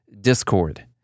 Discord